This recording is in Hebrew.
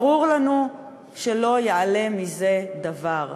ברור לנו שלא יעלה מזה דבר,